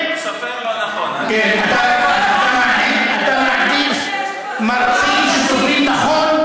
אתה מעדיף מרצים שסופרים נכון --- בעניין